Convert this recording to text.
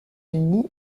unis